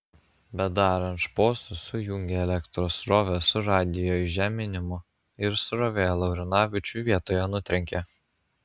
bedarant šposus sujungė elektros srovę su radijo įžeminimu ir srovė laurinavičių vietoje nutrenkė